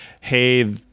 Hey